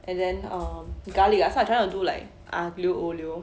and then err garlic ah so I trying to do like aglio-olio